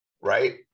right